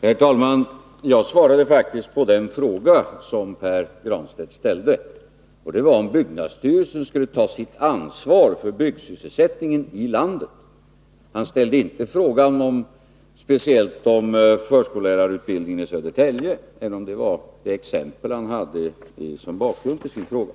Herr talman! Jag svarade faktiskt på den fråga som Pär Granstedt ställde, nämligen om byggnadsstyrelsen skulle ta sitt ansvar för byggsysselsättningen i landet. Han frågade inte speciellt om förskollärarutbildningen i Södertälje, även om den var det exempel som han hade som bakgrund för sin fråga.